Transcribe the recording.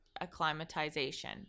acclimatization